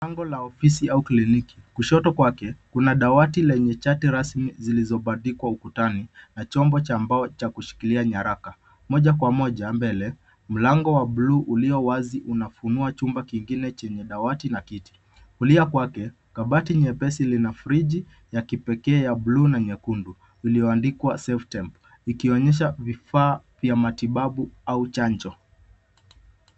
Lango la ofisi au kiliniki. Kushoto kwake kuna dawati lenye chati rasmi zilizobadikwa ukutani na chombo cha mbao cha kushikilia nyaraka. Moja kwa moja mbele mlango wa bluu ulio wazi unafunua chumba kingine chenye dawati na kiti. Kulia kwake kabati nyepesi lina friji ya kipekee ya bluu na nyekundu iliyoandikwa safe temp ikionyesha vifaa vya matibabu au chanjo.